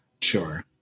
Sure